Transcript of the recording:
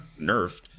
nerfed